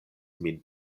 min